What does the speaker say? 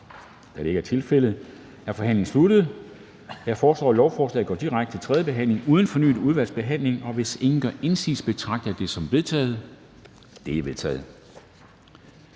Da det ikke er tilfældet, er forhandlingen sluttet. Jeg foreslår, at lovforslaget går direkte til tredje behandling uden fornyet udvalgsbehandling. Hvis ingen gør indsigelse, betragter jeg det som vedtaget. Det er vedtaget.